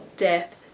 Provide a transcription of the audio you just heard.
death